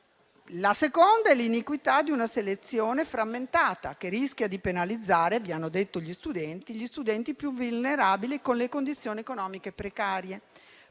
Vi è poi l'iniquità di una selezione frammentata, che rischia di penalizzare, come hanno detto gli studenti, gli studenti più vulnerabili e in condizioni economiche precarie.